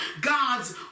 God's